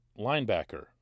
linebacker